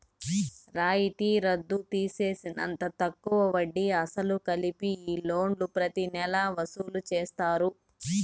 రాయితీ రద్దు తీసేసినంత తక్కువ వడ్డీ, అసలు కలిపి ఈ లోన్లు ప్రతి నెలా వసూలు చేస్తారు